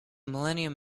millennium